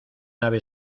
nave